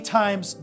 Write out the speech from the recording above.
times